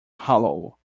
hollow